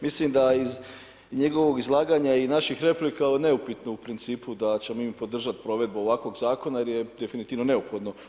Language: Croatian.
Mislim da iz njegovog izlaganja i naših replika je neupitno u principu da ćemo mi podržati provedbu ovakvog zakona jer je definitivno neophodno.